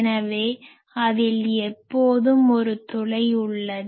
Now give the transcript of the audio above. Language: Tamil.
எனவே அதில் எப்போதும் ஒரு துளை உள்ளது